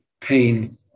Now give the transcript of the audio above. pain